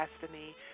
Destiny